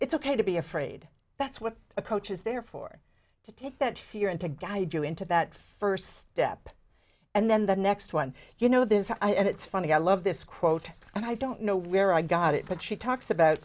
it's ok to be afraid that's what a coach is there for to take that fear and to guide you into that first step and then the next one you know this and it's funny i love this quote i don't know where i got it but she talks about